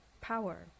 power